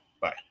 Bye